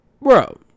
Bro